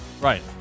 Right